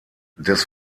des